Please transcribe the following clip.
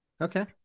Okay